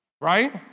right